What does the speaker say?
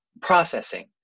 processing